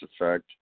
effect